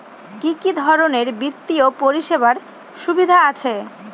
কি কি ধরনের বিত্তীয় পরিষেবার সুবিধা আছে?